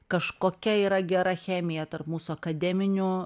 kažkokia yra gera chemija tarp mūsų akademinių